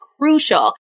crucial